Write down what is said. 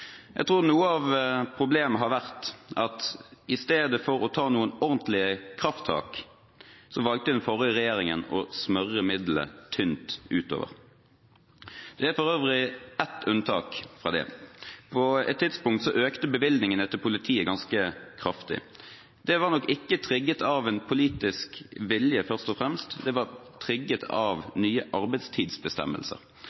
Jeg tror noe av problemet har vært at i stedet for å ta noen ordentlige krafttak valgte den forrige regjeringen å smøre midlene tynt utover. Det er for øvrig ett unntak: På et tidspunkt økte bevilgningene til politiet ganske kraftig. Det var nok ikke trigget av en politisk vilje først og fremst, det var